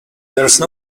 else